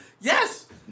Yes